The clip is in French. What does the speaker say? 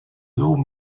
l’eau